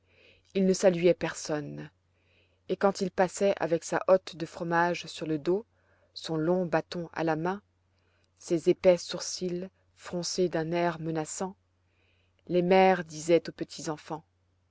il ne saluait personne et quand il passait avec sa hotte de fromages sur le dos son long bâton à la main ses épais sourcils froncés d'un air menaçant les mères disaient aux